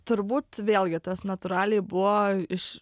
turbūt vėlgi tas natūraliai buvo iš